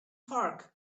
torque